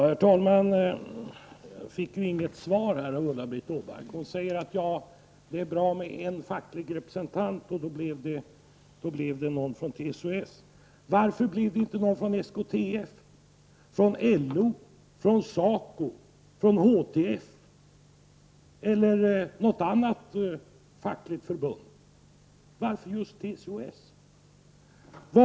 Herr talman! Jag fick inget svar av Ulla-Britt Åbark. Hon säger att det är bra med en facklig representant, och då blev det någon från TCO-S. Varför blev det inte någon från SKTF, LO, SACO, HTF eller något annat fackligt förbund? Varför just TCO-S?